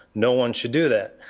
no one should do that.